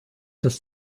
das